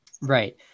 right